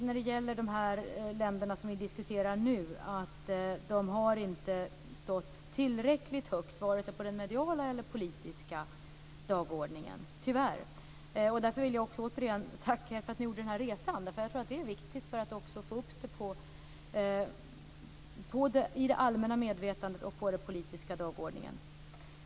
När det gäller de länder vi nu diskuterar kan vi se att de inte har stått tillräckligt högt på vare sig den mediala eller den politiska dagordningen. Tyvärr är det så. Därför vill jag återigen tacka er för att ni gjorde den här resan. Det är viktigt för att få upp det i det allmänna medvetandet och på den politiska dagordningen.